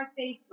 Facebook